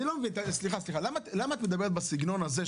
אני לא מבין, למה את מדברת בסגנון הזה?